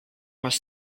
was